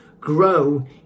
grow